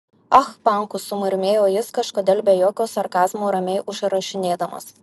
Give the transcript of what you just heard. ah pankus sumurmėjo jis kažkodėl be jokio sarkazmo ramiai užrašinėdamas